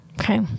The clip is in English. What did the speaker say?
Okay